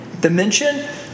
dimension